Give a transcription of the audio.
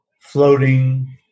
floating